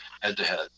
head-to-head